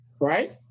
right